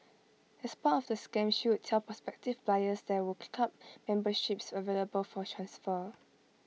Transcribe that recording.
as part of the scam she would tell prospective buyers there were club memberships available for transfer